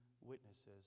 witnesses